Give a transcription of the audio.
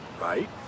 right